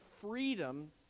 freedom